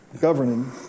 governing